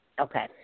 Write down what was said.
Okay